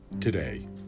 today